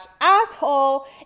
asshole